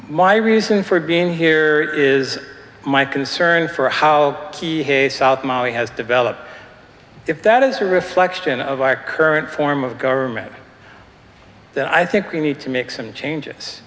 my reason for being here is my concern for how t hey south mali has developed if that is a reflection of our current form of government then i think we need to make some changes